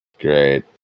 Great